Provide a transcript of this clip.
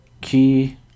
Key